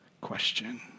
question